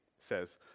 says